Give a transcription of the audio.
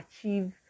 achieve